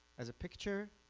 as a picture